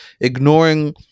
ignoring